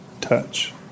touch